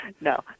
no